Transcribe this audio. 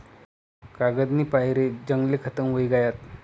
कागदनी पायरे जंगले खतम व्हयी गयात